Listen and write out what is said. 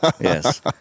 Yes